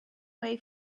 way